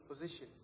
position